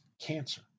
cancer